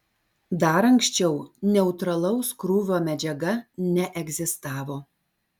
dar anksčiau neutralaus krūvio medžiaga neegzistavo